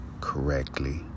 correctly